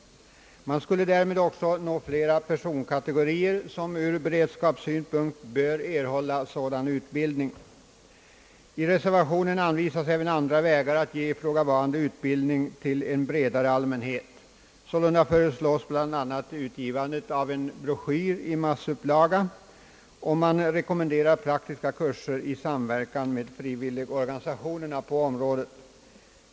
Man skulle därmed också nå fler personkategorier, vilka ur beredskapssynpunkt bör erhålla sådan utbildning. I reservationen anvisas även andra vägar att ge ifrågavarande utbildning till en bredare allmänhet. Sålunda föreslås bl.a. utgivandet av en broschyr i massupplaga, och man rekommenderar praktiska kurser i samverkan med frivilligorganisationerna på området.